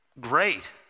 Great